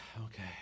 Okay